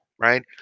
right